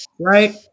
right